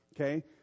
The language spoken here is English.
okay